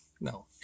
No